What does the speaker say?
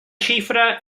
xifra